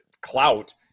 clout